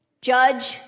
judge